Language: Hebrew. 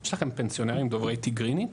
יש לכם פנסיונרים דוברי תיגרינית?